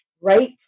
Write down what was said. right